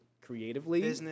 creatively